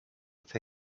with